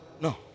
No